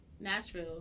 Nashville